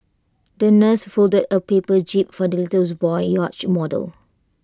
the nurse folded A paper jib for the little boy's yacht model